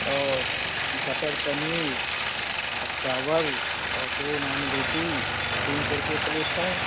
और बटर पनीर और चावल और दो नान रोटी तीन सौ रुपये प्लेट है